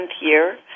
year